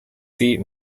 seat